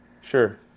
Sure